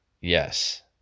yes